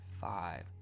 five